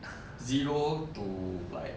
zero two like